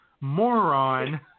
moron